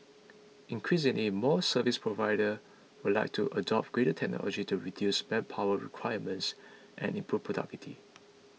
increasingly more service provider would like to adopt greater technology to reduce manpower requirements and improve productivity